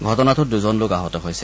ঘটনাটোত দুজন লোক আহত হৈছে